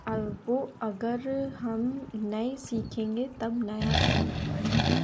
अब वो अगर हम नए सीखेंगे तब नया बना पाएंगे